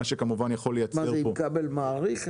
מה שיכול לייצר --- עם כבל מאריך?